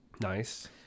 Nice